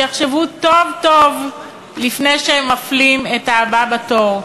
שיחשבו טוב-טוב לפני שהם מפלים את הבא בתור,